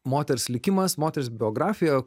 moters likimas moters biografija